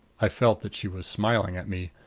i felt that she was smiling at me.